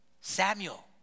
Samuel